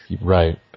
Right